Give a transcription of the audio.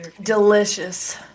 delicious